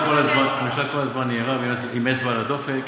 והם לא רוצים לתת